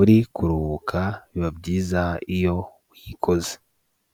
uri kuruhuka biba byiza iyo uyikoze.